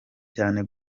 cyane